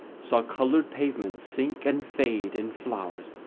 saw coloured pavements sink and fade in flowers,